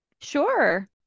Sure